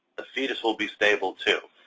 the fetus will be stable too.